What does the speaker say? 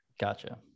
Gotcha